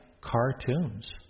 cartoons